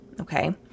Okay